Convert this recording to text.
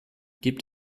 gibt